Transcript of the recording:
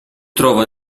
trova